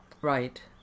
Right